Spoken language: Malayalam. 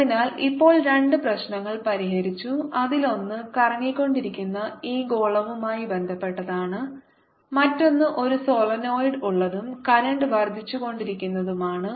അതിനാൽ ഇപ്പോൾ രണ്ട് പ്രശ്നങ്ങൾ പരിഹരിച്ചു അതിലൊന്ന് കറങ്ങിക്കൊണ്ടിരിക്കുന്ന ഈ ഗോളവുമായി ബന്ധപ്പെട്ടതാണ് മറ്റൊന്ന് ഒരു സോളിനോയിഡ് ഉള്ളതും കറന്റ് വർദ്ധിച്ചുകൊണ്ടിരിക്കുന്നതുമാണ്